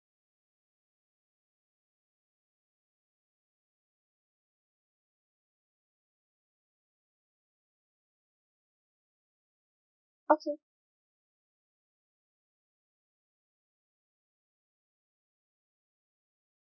okay